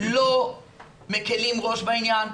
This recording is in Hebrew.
לא מקלים ראש בעניין,